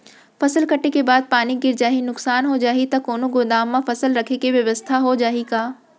फसल कटे के बाद पानी गिर जाही, नुकसान हो जाही त कोनो गोदाम म फसल रखे के बेवस्था हो जाही का?